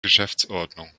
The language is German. geschäftsordnung